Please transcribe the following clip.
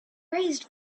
raised